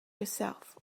herself